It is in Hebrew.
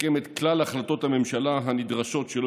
שתסכם את כלל החלטות הממשלה הנדרשות שלא